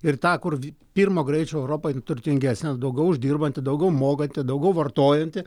ir ta kur pirmo greičio europa in turtingesnė daugiau uždirbanti daugiau mokanti daugiau vartojanti